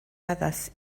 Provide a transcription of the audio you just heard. addas